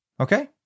Okay